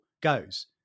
goes